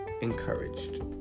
Encouraged